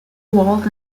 walled